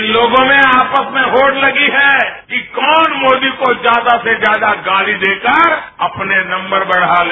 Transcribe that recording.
इन लोगों में आपस में होड़ लगी है कि कौन मोदी को ज्यादा से ज्यादा गाली देकर अपने नंबर बढ़ा ले